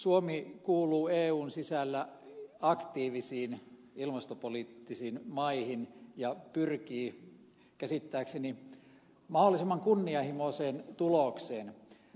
suomi kuuluu eun sisällä aktiivisiin ilmastopoliittisiin maihin ja pyrkii käsittääkseni mahdollisimman kunnianhimoiseen tulokseen